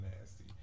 nasty